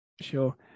Sure